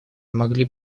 могли